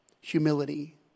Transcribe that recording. Humility